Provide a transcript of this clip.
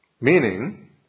Meaning